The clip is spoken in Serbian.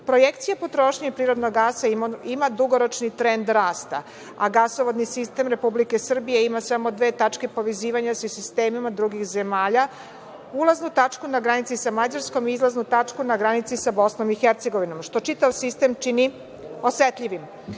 gasom. Projekcija potrošnje prirodnog gasa ima dugoročni trend rasta, a gasovodni sistem Republike Srbije ima samo dve tačke povezivanja sa sistemima drugih zemalja, ulaznu tačku na granici sa Mađarskom i izlaznu tačku na granici sa Bosnom i Hercegovinom, što čitav sistem čini osetljivim.